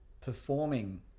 performing